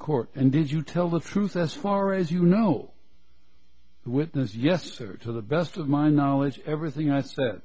court and did you tell the truth as far as you know witness yes sir to the best of my knowledge everything i said